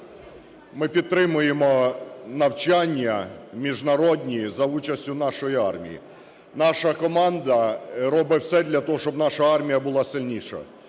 Ми підтримуємо навчання міжнародні за участю нашої армії. Наша команда робить все для того, щоб наша армія була сильніша,